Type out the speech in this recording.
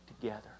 together